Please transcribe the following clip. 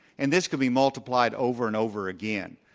and this could be multiplied over and over again.